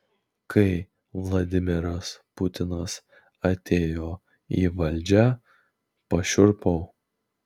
kai vladimiras putinas atėjo į valdžią pašiurpau